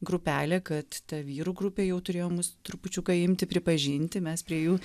grupelė kad ta vyrų grupė jau turėjo mus trupučiuką imti pripažinti mes prie jų